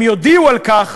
הם יודיעו על כך